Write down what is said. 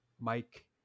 Mike